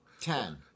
ten